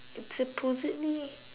it's supposedly